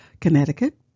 Connecticut